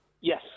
Yes